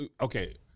Okay